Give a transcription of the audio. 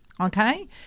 okay